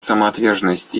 самоотверженность